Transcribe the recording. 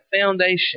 foundation